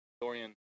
Dorian